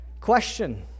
Question